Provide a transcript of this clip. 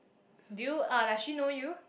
do you uh does she know you